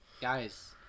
Guys